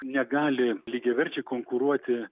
negali lygiaverčiai konkuruoti